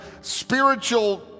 spiritual